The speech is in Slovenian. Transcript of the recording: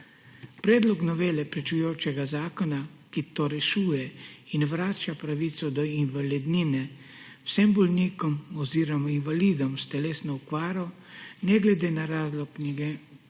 Predlog novele pričujočega zakona, ki to rešuje in vrača pravico do invalidnine vsem bolnikom oziroma invalidom s telesno okvaro ne glede na razlog njenega nastanka,